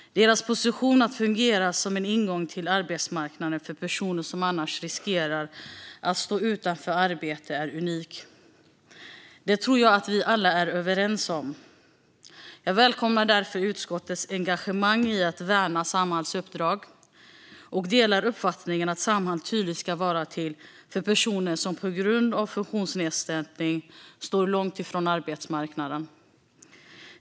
Samhalls position att fungera som en ingång till arbetsmarknaden för personer som annars riskerar att stå utanför arbete är unik; det tror jag att vi alla är överens om. Jag välkomnar därför utskottets engagemang i att värna Samhalls uppdrag och delar uppfattningen att Samhall tydligt ska vara till för personer som på grund av funktionsnedsättning står långt ifrån arbetsmarknaden.